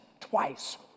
twice